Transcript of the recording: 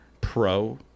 Pro